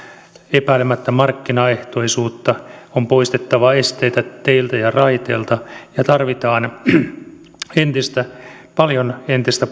epäilemättä markkinaehtoisuutta on poistettava esteitä teiltä ja raiteilta ja tarvitaan paljon entistä